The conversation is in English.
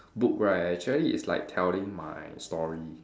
book right actually is like telling my story